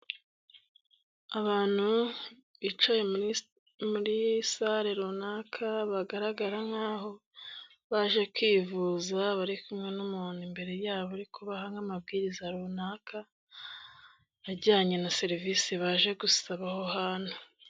Abantu bicaye muri Salle runaka bagaragara nkaho baje kwivuza. Bari kumwe n'umuntu imbere yabo, arikubaha nk'amabwiriza runaka ajyanye na serivisi baje gusaba aho hantu.